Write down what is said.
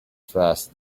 fast